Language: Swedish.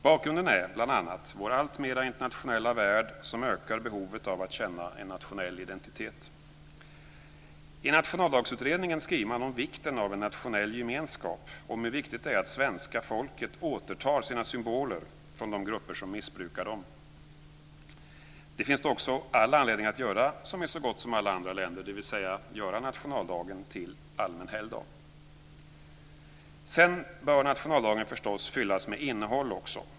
Bakgrunden är bl.a. vår alltmer internationella värld, som ökat behovet av att känna en nationell identitet. I Nationaldagsutredningen skriver man om vikten av en nationell gemenskap och om hur viktigt det är att svenska folket återtar sina symboler från de grupper som missbrukar dem. Det finns då också all anledning att göra som i så gott som alla andra länder, dvs. göra nationaldagen till allmän helgdag. Sedan bör nationaldagen förstås också fyllas med innehåll.